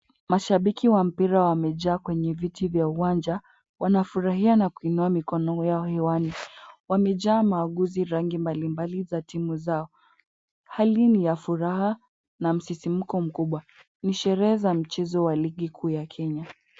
Mashabiki wa mpira wamejaa kwenye viti vya uwanja, wanafurahia na kuinua mikono yao hewani, wamejaa maguzi rangi mbalimbali za timu zao. Hali ni ya furaha na msisimko mkubwa, ni sherehe za mchezo wa ligi kuu ya Kenya.